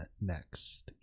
next